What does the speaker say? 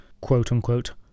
quote-unquote